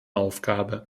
aufgabe